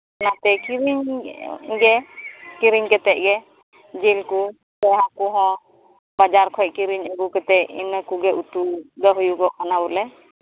ᱚᱱᱟᱛᱮ ᱠᱤᱨᱤᱧ ᱜᱮ ᱠᱤᱨᱤᱧ ᱠᱟᱛᱮᱫ ᱜᱮ ᱡᱤᱞ ᱠᱚ ᱥᱮ ᱦᱟᱸᱠᱩ ᱦᱚᱸ ᱵᱟᱡᱟᱨ ᱠᱷᱚᱱ ᱠᱤᱨᱤᱧ ᱟᱹᱜᱩ ᱠᱟᱛᱮᱫ ᱤᱱᱟᱹ ᱠᱚᱜᱮ ᱩᱛᱩ ᱫᱚ ᱦᱩᱭᱩᱜ ᱠᱟᱱᱟ ᱵᱚᱞᱮ